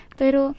pero